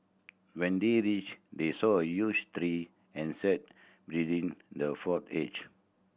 when they reached they saw a huge tree and sat within the for age